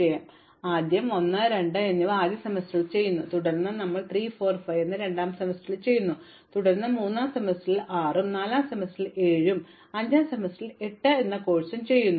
അതിനാൽ നിങ്ങൾ ആദ്യം 1 2 എന്നിവ ആദ്യ സെമസ്റ്ററിൽ ചെയ്യുന്നു തുടർന്ന് ഞങ്ങൾ 3 4 5 എന്നിവ രണ്ടാം സെമസ്റ്ററിൽ ചെയ്യുന്നു തുടർന്ന് ഞങ്ങൾ മൂന്നാം സെമസ്റ്ററിൽ 6 ഉം നാലാം സെമസ്റ്ററിൽ 7 ഉം അഞ്ചാം സെമസ്റ്ററിൽ 8 ഉം ചെയ്യുന്നു